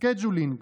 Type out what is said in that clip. Scheduling,